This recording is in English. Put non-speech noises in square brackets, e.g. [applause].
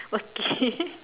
okay [laughs]